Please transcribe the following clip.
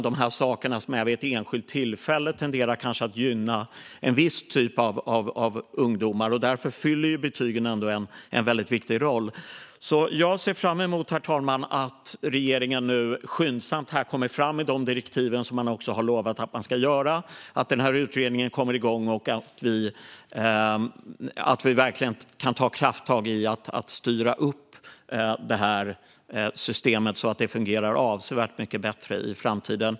Det som sker vid ett enskilt tillfälle tenderar kanske att gynna en viss typ av ungdomar, och därför fyller betygen ändå en väldigt viktig roll. Jag ser fram emot, herr talman, att regeringen nu skyndsamt kommer fram med de direktiv som man utlovat, att utredningen kommer igång och att vi verkligen kan ta krafttag i att styra upp systemet så att det fungerar avsevärt mycket bättre i framtiden.